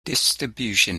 distribution